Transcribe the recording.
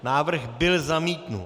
Návrh byl zamítnut.